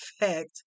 effect